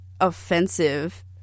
offensive